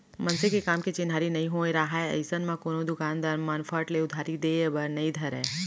मनसे के काम के चिन्हारी होय नइ राहय अइसन म कोनो दुकानदार मन फट ले उधारी देय बर नइ धरय